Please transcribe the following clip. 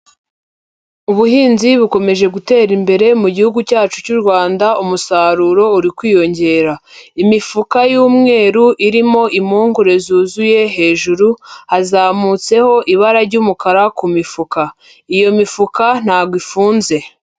Ubuhinzi bukomeje gutera imbere mu gihugu cyacu cy'u Rwanda umusaruro uri kwiyongera, imifuka y'umweru irimo impungure zuzuye hejuru, hazamutseho ibara ry'umukara ku mifuka, iyo mifuka ntago ifunze.